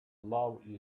love